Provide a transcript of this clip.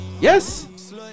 Yes